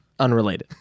Unrelated